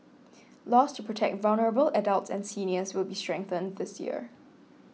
laws to protect vulnerable adults and seniors will be strengthened this year